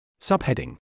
Subheading